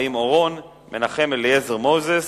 חיים אורון, מנחם אליעזר מוזס